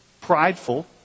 prideful